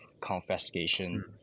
confiscation